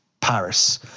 Paris